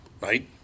Right